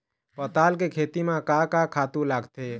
पताल के खेती म का का खातू लागथे?